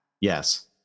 yes